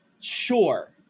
sure